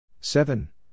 seven